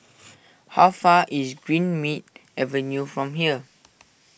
how far is Greenmead Avenue from here